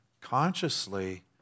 consciously